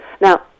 Now